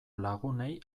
lagunei